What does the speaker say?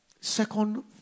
Second